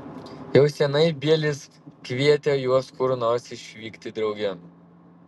jau seniai bielis kvietė juos kur nors išvykti drauge